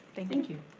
thank you.